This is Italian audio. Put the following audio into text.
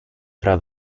fra